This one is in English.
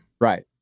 Right